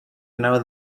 know